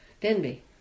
Denby